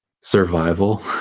survival